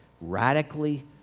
Radically